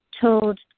told